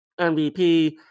MVP